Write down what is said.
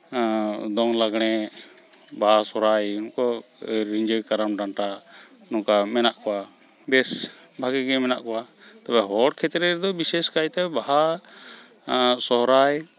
ᱫᱚᱝ ᱞᱟᱜᱽᱬᱮ ᱵᱟᱦᱟ ᱥᱚᱦᱚᱨᱟᱭ ᱩᱱᱠᱩ ᱨᱤᱸᱡᱟᱹ ᱠᱟᱨᱟᱢ ᱰᱟᱱᱴᱟ ᱱᱚᱝᱠᱟ ᱢᱮᱱᱟᱜ ᱠᱚᱣᱟ ᱵᱮᱥ ᱵᱷᱟᱹᱜᱤ ᱜᱮ ᱢᱮᱱᱟᱜ ᱠᱚᱣᱟ ᱛᱚᱵᱮ ᱦᱚᱲ ᱠᱷᱮᱛᱨᱮ ᱨᱮᱫᱚ ᱵᱤᱥᱮᱥᱠᱟᱭᱛᱮ ᱵᱟᱦᱟ ᱥᱚᱦᱚᱨᱟᱭ